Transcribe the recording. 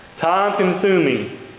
Time-consuming